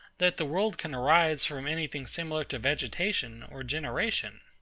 that the world can arise from any thing similar to vegetation or generation?